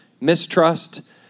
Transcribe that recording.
mistrust